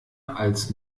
als